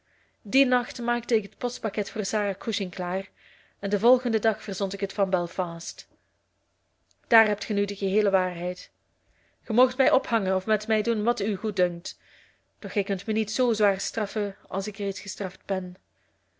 dien nacht maakte ik het postpakket voor sarah cushing klaar en den volgenden dag verzond ik het van belfast daar hebt ge nu de geheele waarheid ge moogt mij ophangen of met mij doen wat u goeddunkt doch gij kunt me niet zoo zwaar straffen als ik reeds gestraft ben